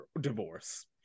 divorce